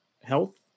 health